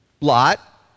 Lot